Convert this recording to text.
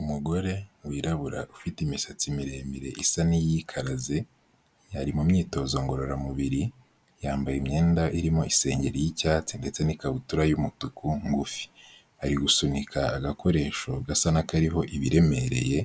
Umugore wirabura ufite imisatsi miremire isa n'iyikaraze yari mu myitozo ngororamubiri, yambaye imyenda irimo isengeri y'icyatsi ndetse n'ikabutura y'umutuku ngufi, ari gusunika agakoresho gasa n'akariho ibiremereye